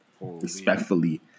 Respectfully